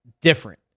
different